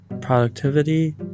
productivity